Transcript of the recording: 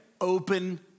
open